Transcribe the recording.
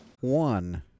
One